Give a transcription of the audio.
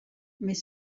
mais